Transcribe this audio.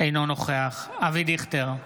אינו נוכח אבי דיכטר,